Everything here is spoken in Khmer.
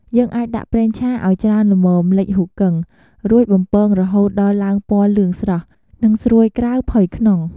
យើងអាចដាក់ប្រេងឆាឱ្យច្រើនល្មមលិចហ៊ូគឹង រួចបំពងរហូតដល់ឡើងពណ៌លឿងស្រស់ និងស្រួយក្រៅ ផុយក្នុង។